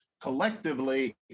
collectively